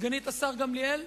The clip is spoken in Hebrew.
סגנית השר גמליאל?